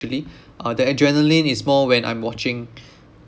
actually uh the adrenaline is more when I'm watching